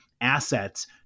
assets